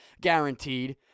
guaranteed